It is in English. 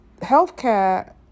healthcare